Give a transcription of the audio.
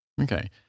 Okay